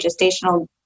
gestational